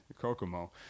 Kokomo